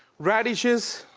radishes,